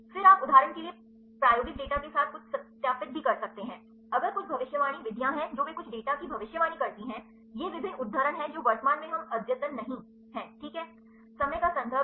फिर आप उदाहरण के लिए प्रायोगिक डेटा के साथ कुछ सत्यापित भी कर सकते हैं अगर कुछ भविष्यवाणी विधियां हैं जो वे कुछ डेटा की भविष्यवाणी करते हैं ये विभिन्न उद्धरण हैं जो वर्तमान में हम अद्यतन नहीं हैं ठीक है